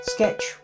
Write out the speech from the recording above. Sketch